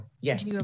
Yes